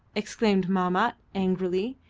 exclaimed mahmat, angrily.